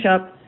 up